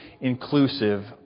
inclusive